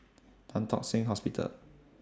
Tan Tock Seng Hospital